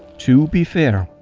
to be fair,